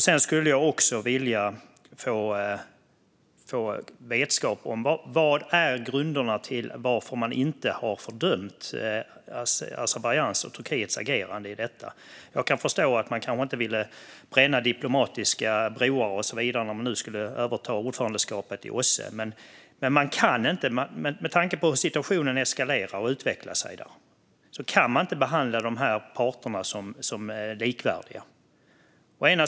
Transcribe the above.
Jag skulle också vilja få vetskap om grunderna till varför man inte har fördömt Azerbajdzjans och Turkiets agerande i detta. Jag kan förstå att man kanske inte ville bränna diplomatiska broar och så vidare när man skulle överta ordförandeskapet i OSSE, men med tanke på hur situationen eskalerar och utvecklar sig kan man inte behandla de här parterna som likvärdiga.